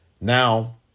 now